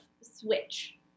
switch